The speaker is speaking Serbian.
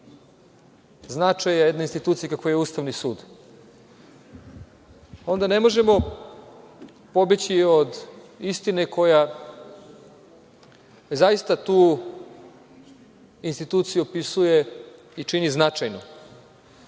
značaja jedne institucije, kakva je Ustavni sud, onda ne možemo pobeći i od istine koja zaista tu instituciju opisuje i čini značajnom,